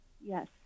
Yes